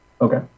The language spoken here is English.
Okay